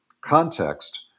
context